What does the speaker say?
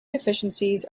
deficiencies